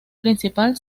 principal